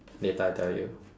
later I tell you